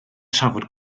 trafod